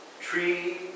tree